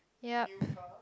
yup